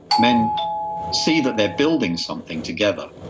men see that they're building something together,